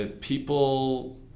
people